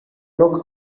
look